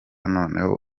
noneho